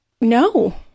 no